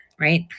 right